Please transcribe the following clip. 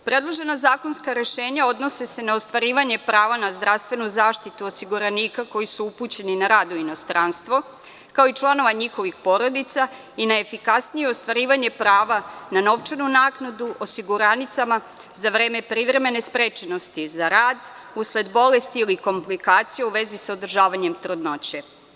Predložena zakonska rešenja odnose se na ostvarivanje prava na zdravstvenu zaštitu osiguranika koji su upućeni na rad u inostranstvo, kao i članova njihovih porodica i na efikasnije ostvarivanje prava na novčanu naknadu, osiguranicama za vreme privremene sprečenosti za rad, usled bolesti ili komplikacija u vezi sa održavanjem trudnoće.